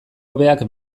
hobeak